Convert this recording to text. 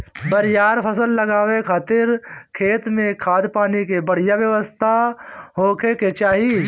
बरियार फसल लगावे खातिर खेत में खाद, पानी के बढ़िया व्यवस्था होखे के चाही